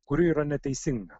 kuri yra neteisinga